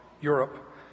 Europe